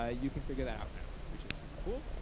ah you can figure that out now, which is super cool.